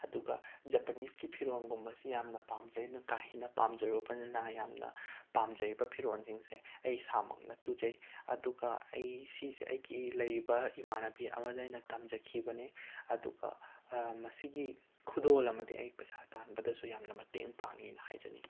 ꯑꯗꯨꯒ ꯖꯄꯅꯤꯁꯀꯤ ꯐꯤꯔꯣꯟꯒꯨꯝꯕꯁꯤ ꯌꯥꯃꯅ ꯄꯥꯝꯖꯩ ꯅꯨ ꯀꯥ ꯍꯦꯟꯅ ꯄꯥꯝꯖꯔꯨꯕꯅꯤꯅ ꯌꯥꯝꯅ ꯄꯥꯝꯖꯔꯤꯕ ꯐꯤꯔꯣꯟꯁꯤꯡꯁꯦ ꯑꯩ ꯏꯁꯥꯃꯛꯅ ꯇꯨꯖꯩ ꯑꯗꯨꯒ ꯑꯩ ꯁꯤꯁꯦ ꯑꯩꯒꯤ ꯂꯩꯔꯤꯕ ꯏꯃꯥꯟꯅꯕꯤ ꯑꯃꯗ ꯑꯩꯅ ꯇꯝꯖꯈꯤꯕꯅꯦ ꯑꯗꯨꯒ ꯃꯁꯤꯒꯤ ꯈꯨꯗꯣꯜ ꯑꯃꯗꯤ ꯑꯩ ꯄꯩꯁꯥ ꯇꯥꯟꯕꯗꯁꯨ ꯌꯥꯝꯅ ꯃꯇꯦꯡ ꯄꯥꯡꯉꯦꯅ ꯍꯥꯏꯖꯅꯤꯡꯏ